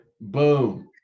Boom